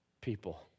people